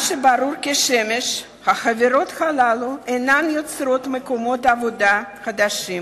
מה שברור כשמש הוא שהחברות הללו אינן יוצרות מקומות עבודה חדשים,